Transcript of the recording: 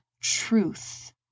truth